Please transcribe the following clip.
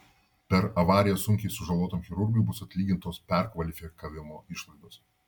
per avariją sunkiai sužalotam chirurgui bus atlygintos perkvalifikavimo išlaidos